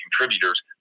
contributors